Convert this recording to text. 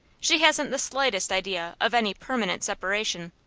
she hasn't the slightest idea of any permanent separation.